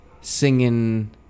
singing